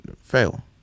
fail